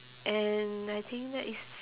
and I think that is